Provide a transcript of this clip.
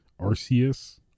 Arceus